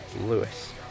Lewis